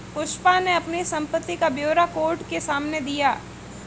पुष्पा ने अपनी संपत्ति का ब्यौरा कोर्ट के सामने दिया